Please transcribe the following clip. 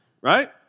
right